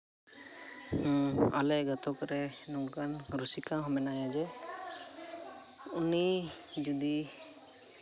ᱟᱞᱮ ᱜᱟᱛᱟᱠ ᱨᱮ ᱱᱚᱝᱠᱟᱱ ᱨᱩᱥᱤᱠᱟ ᱦᱚᱸ ᱢᱮᱱᱟᱭᱟ ᱡᱮ ᱩᱱᱤ ᱡᱩᱫᱤ